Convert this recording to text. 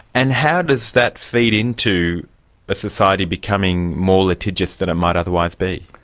and how does that feed into a society becoming more litigious than it might otherwise be?